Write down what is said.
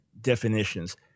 definitions